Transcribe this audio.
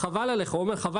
"חבל על המצלמה,